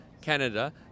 Canada